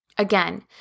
Again